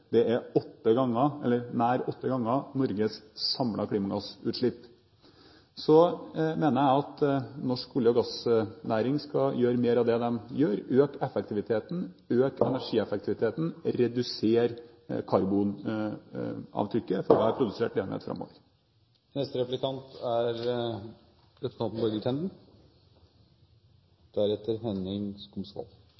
Det er nær åtte ganger Norges samlede klimagassutslipp. Så mener jeg at norsk olje- og gassnæring framover skal gjøre mer av det de gjør – øke effektiviteten, øke energieffektiviteten, redusere karbonavtrykket for